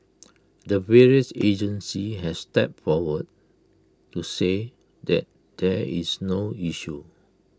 the various agencies have stepped forward to say that there's no issue